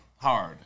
hard